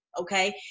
okay